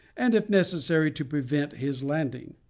and if necessary to prevent his landing.